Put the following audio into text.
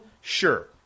sure